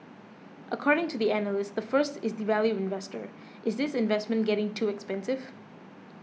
according to the analyst the first is the value investor is this investment getting too expensive